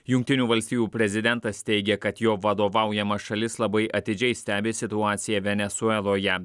jungtinių valstijų prezidentas teigė kad jo vadovaujama šalis labai atidžiai stebi situaciją venesueloje